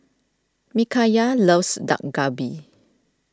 Mikayla loves Dak Galbi